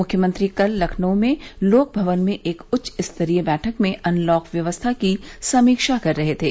मृख्यमंत्री कल लखनऊ में लोक भवन में एक उच्च स्तरीय बैठक में अनलॉक व्यवस्था की समीक्षा कर रहे थे